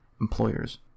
employers